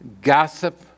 gossip